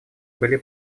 были